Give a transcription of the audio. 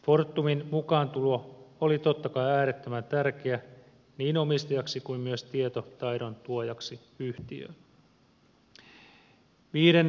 fortumin mukaantulo oli totta kai ritva perkiö niin omistajaksi kuin myös tietotaidon tuojaksi yhtiöön oli totta kai äärettömän tärkeää